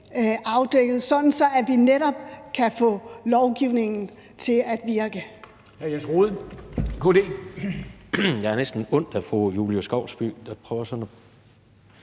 afdækket, sådan at vi netop kan få lovgivningen til at virke.